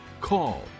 call